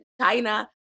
china